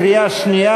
קריאה שלישית,